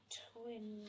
twin